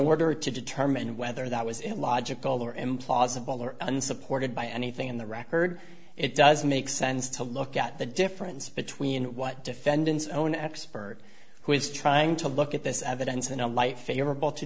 order to determine whether that was illogical or implausible or unsupported by anything in the record it doesn't make sense to look at the difference between what defendant's own expert who is trying to look at this evidence in a life favorable to